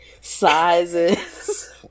sizes